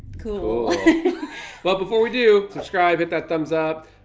cool well before we do subscribe, hit that thumbs up,